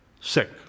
Sick